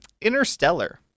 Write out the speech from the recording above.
Interstellar